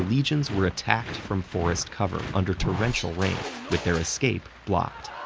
legions were attacked from forest cover under torrential rain with their escape blocked.